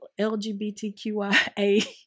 LGBTQIA